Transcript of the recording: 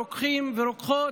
רוקחים ורוקחות,